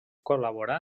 col·laborà